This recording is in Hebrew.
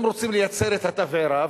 הם רוצים לייצר את התבערה,